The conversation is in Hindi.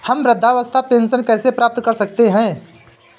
हम वृद्धावस्था पेंशन कैसे प्राप्त कर सकते हैं?